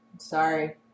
Sorry